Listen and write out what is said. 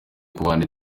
kubana